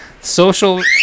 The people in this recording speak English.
social